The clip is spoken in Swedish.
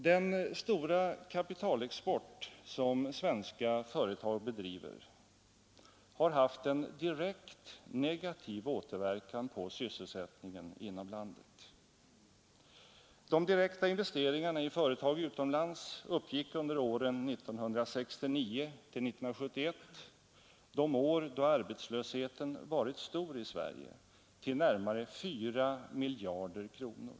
Den stora kapitalexport som svenska företag driver har haft en direkt negativ återverkan på sysselsättningen inom landet. De direkta investeringarna i företag utomlands uppgick under åren 1969—1971, de år då arbetslösheten varit stor i Sverige, till närmare 4 miljarder kronor.